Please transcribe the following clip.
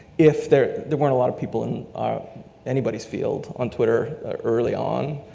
if there, there weren't a lot of people in anybody's field on twitter early on,